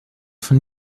von